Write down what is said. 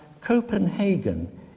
Copenhagen